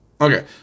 Okay